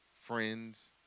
friends